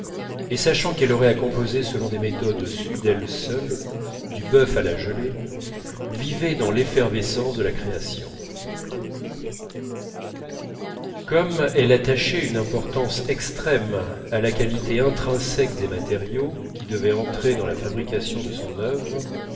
et sachant qu'elle aurait à composer selon des méthodes sues d'elle seule du bœuf à la gelée vivait dans l'effervescence de la création comme elle attachait une importance extrême à la qualité intrinsèque des matériaux qui devaient entrer dans la fabrication de son œuvre